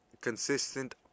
consistent